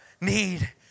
need